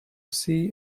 see